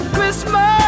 Christmas